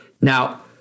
now